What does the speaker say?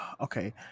Okay